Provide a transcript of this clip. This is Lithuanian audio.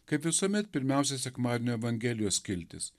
kaip visuomet pirmiausia sekmadienio evangelijos skiltis